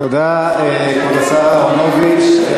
תודה לכבוד השר אהרונוביץ.